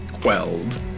quelled